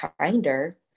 kinder